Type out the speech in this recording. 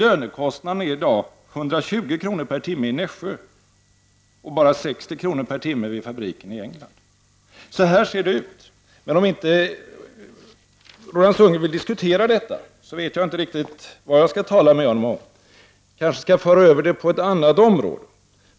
”Lönekostnaden är i dag 120 kronor per timme i Nässjö och 60 kronor per timme vid vår fabrik i England.” Så här ser verkligheten ut. Men om Roland Sundgren inte vill diskutera detta, vet jag inte riktigt vad jag skall tala med honom om. Jag skall kanske föra över diskussionen till ett annat område.